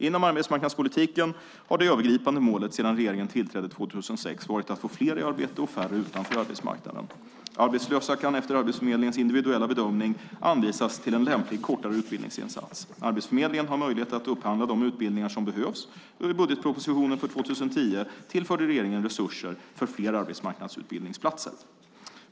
Inom arbetsmarknadspolitiken har det övergripande målet sedan regeringen tillträdde 2006 varit att få fler i arbete och färre utanför arbetsmarknaden. Arbetslösa kan efter Arbetsförmedlingens individuella bedömning anvisas till en lämplig kortare utbildningsinsats. Arbetsförmedlingen har möjlighet att upphandla de utbildningar som behövs, och i budgetpropositionen för 2010 tillförde regeringen resurser för fler arbetsmarknadsutbildningsplatser.